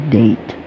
date